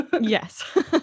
Yes